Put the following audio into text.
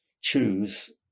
choose